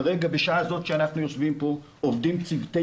כרגע בשעה זאת שאנחנו יושבים פה עובדים צוותי